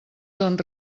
són